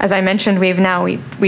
as i mentioned we've now we we